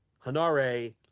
Hanare